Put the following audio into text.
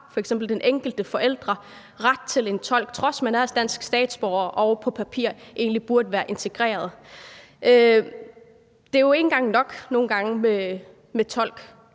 f.eks. den enkelte forælder ret til en tolk, på trods af at man er dansk statsborger og på papiret egentlig burde være integreret. Det er jo ikke engang nok nogle gange med tolk,